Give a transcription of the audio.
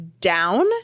down